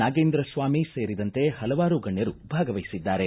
ನಾಗೇಂದ್ರಸ್ವಾಮಿ ಸೇರಿದಂತೆ ಹಲವಾರು ಗಣ್ಯರು ಭಾಗವಹಿಸಿದ್ದಾರೆ